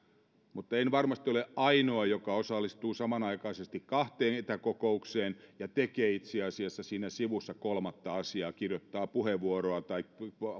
mutta en varmasti ole ainoa joka osallistuu samanaikaisesti kahteen etäkokoukseen ja tekee itse asiassa siinä sivussa kolmatta asiaa kirjoittaa puheenvuoroa tai